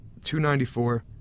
294